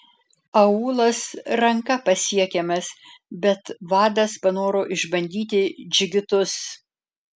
aūlas ranka pasiekiamas bet vadas panoro išbandyti džigitus